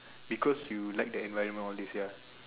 because you like the environment all this ya